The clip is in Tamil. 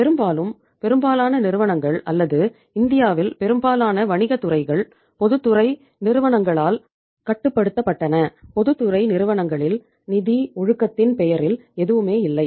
பெரும்பாலும் பெரும்பாலான நிறுவனங்கள் அல்லது இந்தியாவில் பெரும்பாலான வணிகத் துறைகள் பொதுத்துறை நிறுவனங்களால் கட்டுப்படுத்தப்பட்டன பொதுத்துறை நிறுவனங்களில் நிதி ஒழுக்கத்தின் பெயரில் எதுவுமே இல்லை